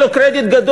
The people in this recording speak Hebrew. תקשיב רגע,